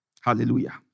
Hallelujah